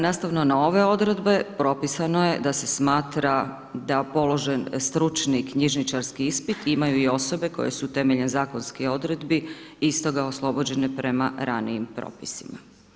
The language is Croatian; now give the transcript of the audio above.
Nastavno na ove odredbe propisano je da se smatra da položen stručni knjižničarski ispit imaju i osobe koje su temeljem zakonskih odredbi istoga oslobođene prema ranijim propisima.